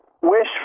wish